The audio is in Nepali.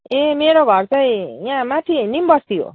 ए मेरो घर चाहिँ यहाँ माथि निमबस्ती हो